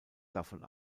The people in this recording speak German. davon